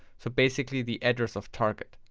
so basically the address of target.